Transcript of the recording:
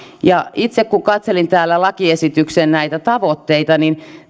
itse kun katselin täällä lakiesityksen tavoitteita niin